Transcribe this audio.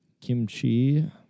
kimchi